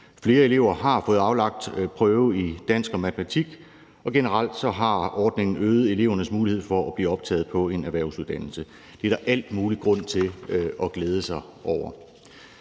Flere elever har fået aflagt prøve i dansk og matematik, og generelt har ordningen øget elevernes mulighed for at blive optaget på en erhvervsuddannelse. Det er der al mulig grund til at glæde sig over.